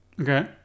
Okay